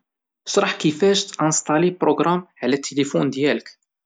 اشرح كيفاش تأنساطالي بروغرام على التلفون ديالك.